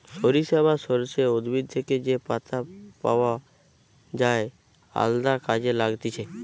সরিষা বা সর্ষে উদ্ভিদ থেকে যে পাতা পাওয় যায় আলদা কাজে লাগতিছে